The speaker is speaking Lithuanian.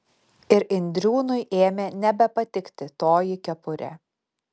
ir indriūnui ėmė nebepatikti toji kepurė